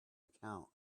account